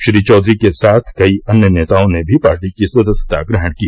श्री चौधरी के साथ कई अन्य नेताओं ने भी पार्टी की सदस्यता ग्रहण की